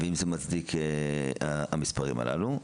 והאם המספרים הללו מצדיקים,